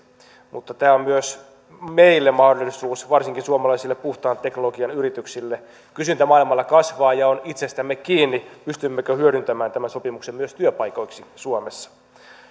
mutta tämä on myös meille mahdollisuus varsinkin suomalaisille puhtaan teknologian yrityksille kysyntä maailmalla kasvaa ja on itsestämme kiinni pystymmekö hyödyntämään tämän sopimuksen myös työpaikoiksi suomessa